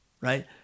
right